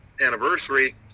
anniversary